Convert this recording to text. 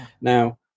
Now